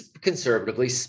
conservatively